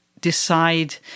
decide